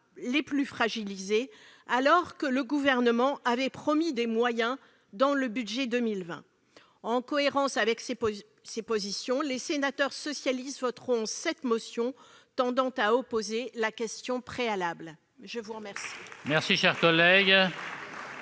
les plus fragilisés, alors que le Gouvernement avait promis des moyens dans le budget pour 2020. En cohérence avec ces positions, les sénateurs socialistes voteront cette motion tendant à opposer la question préalable. La parole